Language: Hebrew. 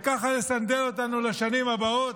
וככה לסנדל אותנו לשנים הבאות?